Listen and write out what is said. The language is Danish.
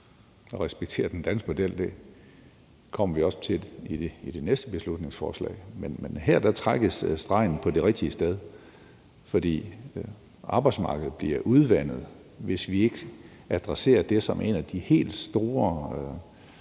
at respektere den danske model, og det kommer vi også til i det næste beslutningsforslag, men her trækkes stregen på det rigtige sted, for arbejdsmarkedet bliver udvandet, hvis vi ikke adresserer det som en af de helt store